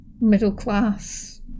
middle-class